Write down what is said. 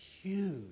huge